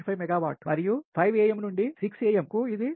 5 megawatts మరియు 5 am నుండి 6 am ఇది 0